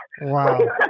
Wow